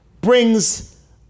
brings